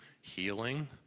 healing